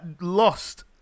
lost